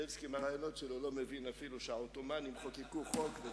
זאביק, בדקתי, באמת, העות'מאנים חוקקו את זה,